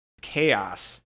chaos